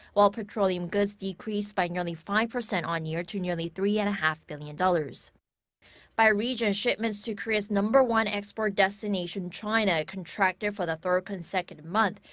while petroleum goods decreased by nearly five percent on-year to nearly three and a half billion dollars by region, shipments to korea's number one export destination, china, contracted for the third consecutive month.